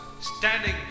standing